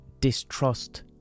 distrust